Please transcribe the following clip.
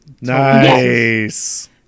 Nice